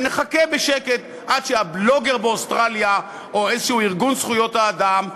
ונחכה בשקט עד שהבלוגר באוסטרליה או איזה ארגון זכויות האדם,